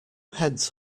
heads